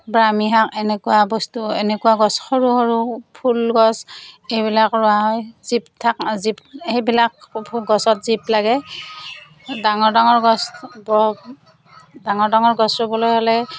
ব্ৰাহ্মী শাক এনেকুৱা বস্তু এনেকুৱা গছ সৰু সৰু ফুল গছ এইবিলাক ৰোৱা হয় জীপ থাক জীপ সেইবিলাক গছত জীপ লাগে ডাঙৰ ডাঙৰ গছ ডাঙৰ ডাঙৰ গছ ৰুবলৈ হ'লে